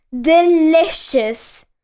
delicious